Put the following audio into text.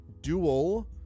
dual